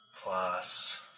plus